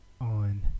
on